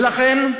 ולכן,